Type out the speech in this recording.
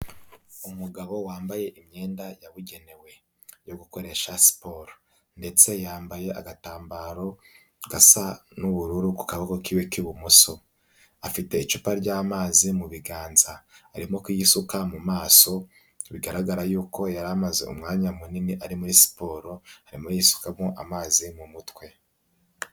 Umugabo wambaye imyenda yabugenewe yo gukoresha siporo ndetse yambaye agatambaro gasa n'ubururu ku kaboko kiwe k'ibumoso, afite icupa ry'amazi mu biganza arimo kuyisuka mu maso bigaragara yuko yari amaze umwanya munini ari muri siporo, arimo yisukamo amazi mu mutwe.